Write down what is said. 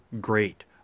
great